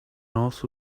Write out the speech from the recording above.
also